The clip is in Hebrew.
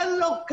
כאן לא.